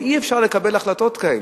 אי-אפשר לקבל החלטות כאלה.